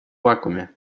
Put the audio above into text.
вакууме